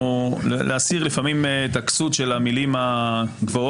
להסיר לפעמים את הכסות של המילים הגבוהות.